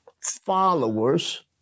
followers